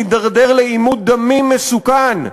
נידרדר לעימות דמים מסוכן,